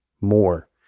more